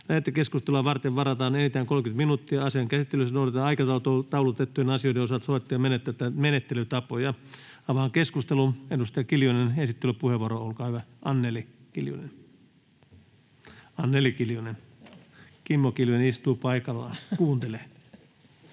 Lähetekeskusteluun varataan enintään 30 minuuttia. Asian käsittelyssä noudatetaan aikataulutettujen asioiden osalta sovittuja menettelytapoja. Avaan keskustelun. Edustaja Kiljunen, esittelypuheenvuoro, olkaa hyvä. [Kimmo Kiljunen: Kumpi Kiljunen?] — Anneli Kiljunen. Kimmo Kiljunen istuu paikallaan ja kuuntelee.